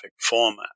format